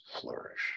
flourish